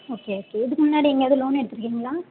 okay okay இதுக்கு முன்னாடி எங்கேயாவது லோன் எடுத்துருக்கிங்களா